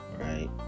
right